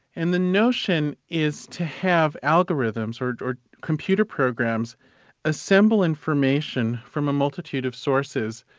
and the notion is to have algorithms or or computer programs assemble information from a multitude of sources,